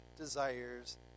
desires